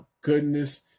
goodness